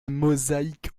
mosaïque